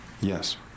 Yes